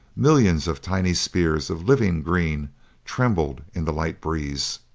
millions of tiny spears of living green trembled in the light breeze.